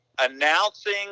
announcing